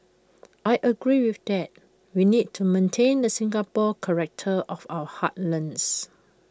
I agreed with that we need to maintain the Singaporean character of our heartlands